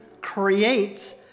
creates